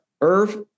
Irv